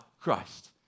Christ